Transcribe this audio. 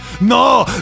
No